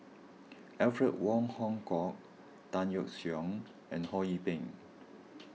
Alfred Wong Hong Kwok Tan Yeok Seong and Ho Yee Ping